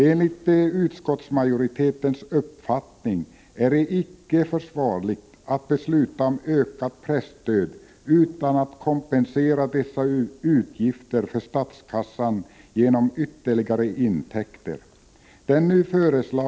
Enligt utskottsmajoritetens uppfattning är det icke försvarligt att besluta om ökat presstöd utan att kompensera dessa utgifter för statskassan genom ytterligare intäkter.